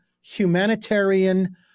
humanitarian